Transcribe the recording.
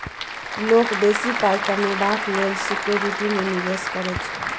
लोक बेसी पाइ कमेबाक लेल सिक्युरिटी मे निबेश करै छै